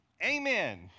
amen